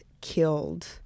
killed